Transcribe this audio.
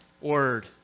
word